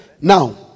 Now